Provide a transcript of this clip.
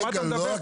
על מה אתה מדבר?